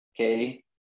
Okay